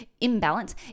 imbalance